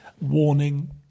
warning